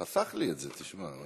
הוא חסך לי את זה, תשמע.